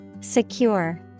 Secure